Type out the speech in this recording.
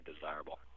desirable